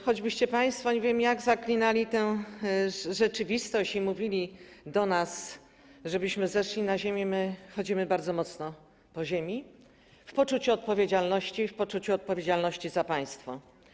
Choćbyście państwo nie wiem jak zaklinali tę rzeczywistość i mówili do nas, żebyśmy zeszli na ziemię, my stąpamy bardzo mocno po ziemi w poczuciu odpowiedzialności, w poczuciu odpowiedzialności za państwo.